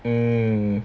mm